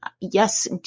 Yes